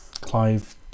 Clive